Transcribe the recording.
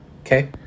Okay